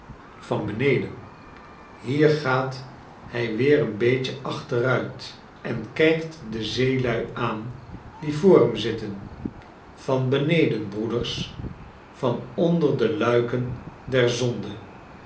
van beneden hier gaat hij weer een beetje achteruit en kijkt de zeelui aan die voor hem zitten van beneden broeders van onder de luiken der zonde